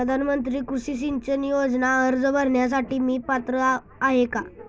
प्रधानमंत्री कृषी सिंचन योजना अर्ज भरण्यासाठी मी पात्र आहे का?